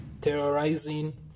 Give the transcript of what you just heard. terrorizing